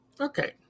Okay